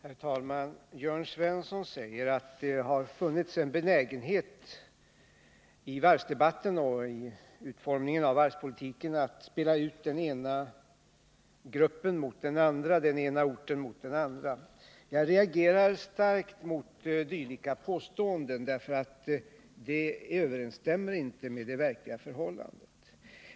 Herr talman! Jörn Svensson säger att det har funnits en benägenhet i varvsdebatten och vid utformningen av varvspolitiken att spela ut den ena gruppen mot den andra och den ena orten mot den andra. Jag reagerar starkt mot dylika påståenden, eftersom de inte överensstämmer med det verkliga förhållandet.